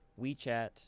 WeChat